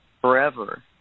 forever